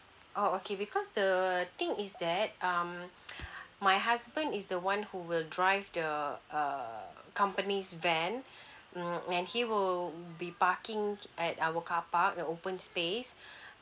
oh okay because the thing is that um my husband is the one who will drive the err company's van mm and he will be parking at our carpark at open space